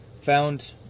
found